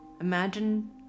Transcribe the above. imagine